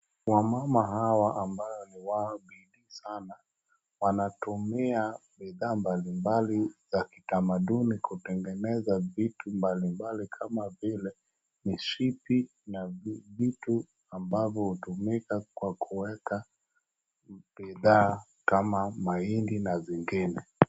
Wamama hawa ambao ni waabe sana wanatumia bidhaa mbalimbali za kitamaduni kutengeneza vitu mbalimbali kama vile mishipi na vitu ambavyo hutumika kwa kuweka bidhaa kama mahindi na zingine.